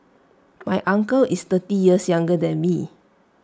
my uncle is thirty years younger than me